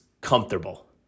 comfortable